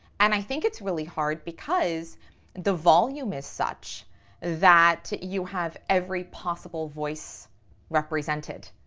and i think it's really hard because the volume is such that you have every possible voice represented